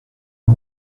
the